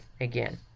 again